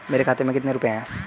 मेरे खाते में कितने रुपये हैं?